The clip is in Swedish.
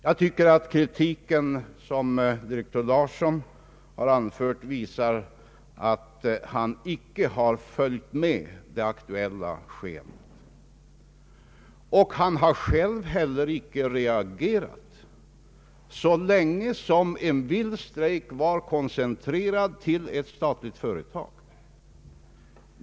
Jag tycker att den kritik, som direktör Larsson anförde, visar att han icke har följt med det aktuella skeendet. Han har själv inte heller reagerat så länge den vilda strejken var koncentrerad till ett statligt företag.